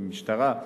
משטרה.